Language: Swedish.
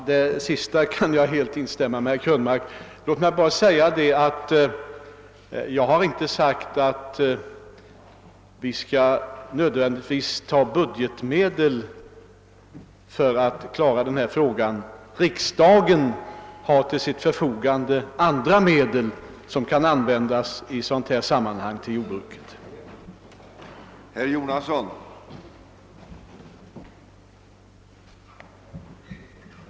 Herr talman! Jag kan helt instämma i herr Krönmarks sista ord om mjölken. Låt mig bara tillägga att jag aldrig sagt att vi nödvändigtvis skall ta i anspråk budgetmedel för att klara denna sak. Riksdagen har till sitt förfogande andra medel som i ett sådant här sammanhang kan användas för jordbrukets del.